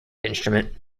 instrument